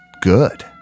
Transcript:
good